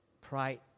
pride